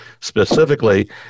specifically